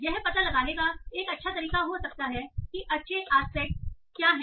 यह पता लगाने का एक अच्छा तरीका हो सकता है कि अच्छे एस्पेक्ट क्या हैं